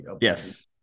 Yes